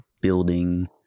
building